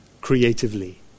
creatively